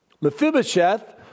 Mephibosheth